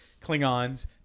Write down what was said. Klingons